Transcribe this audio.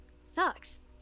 Sucks